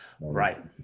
right